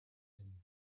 him